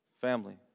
family